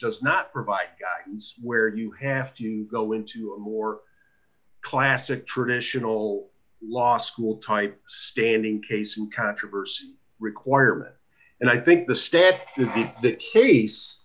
does not provide guidance where you have to go into a more classic traditional law school type standing case in controversy requirement and i think the stat to the case